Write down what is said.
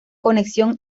conexión